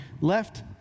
left